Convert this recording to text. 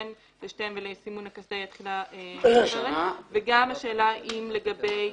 לשתיהן ולסימון הקסדה יש תחילה --- גם השאלה לגבי